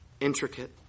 intricate